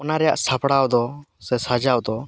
ᱚᱱᱟ ᱨᱮᱭᱟᱜ ᱥᱟᱯᱲᱟᱣ ᱫᱚ ᱥᱮ ᱥᱟᱡᱟᱣ ᱫᱚ